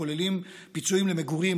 הכוללים פיצויים למגורים,